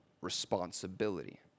responsibility